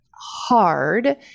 hard